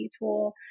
tool